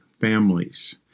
families